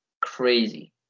crazy